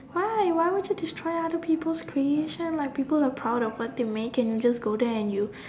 why why would you destroy other people creation like people are proud of what they are making and you just go there and you